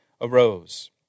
arose